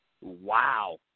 Wow